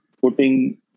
putting